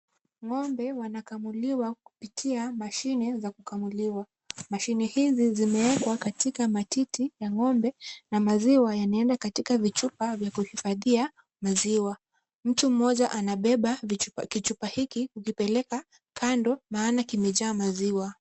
Ng'ombe wanakamuliwa kupitia kwa mashini za kukamuliwa. Mashini hizi zimewekwa katika matiti ya ng'ombe na maziwa yanaenda katika vichupa vya kuihifadhia maziwa. Mtu mmoja anabeba kichupa hiki kukipeleka kando maana kimejaa maziwa.